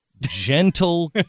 gentle